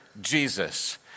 Jesus